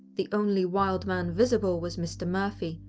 the only wild man visible was mr. murphy,